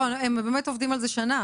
הם באמת עובדים על זה שנה,